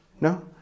No